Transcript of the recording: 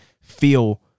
feel